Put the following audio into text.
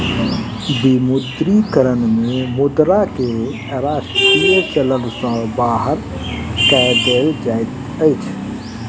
विमुद्रीकरण में मुद्रा के राष्ट्रीय चलन सॅ बाहर कय देल जाइत अछि